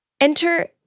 Enter